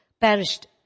perished